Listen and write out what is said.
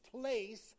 place